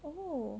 oh